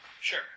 Sure